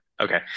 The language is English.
Okay